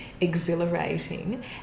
exhilarating